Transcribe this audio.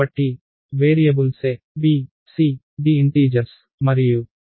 కాబట్టి variables a b c d integers మరియు input 1